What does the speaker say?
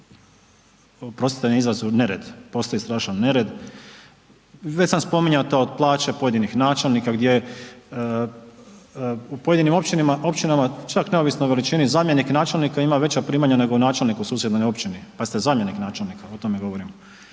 oprostite na izrazu, nered, postoji strašan nered, već sam spominjao to od plaće pojedinih načelnika gdje u pojedinim općinama, čak neovisno o veličini, zamjenik načelnika ima veća primanja nego načelnik u susjednoj općini, pazite zamjenik načelnika, o tome govorim.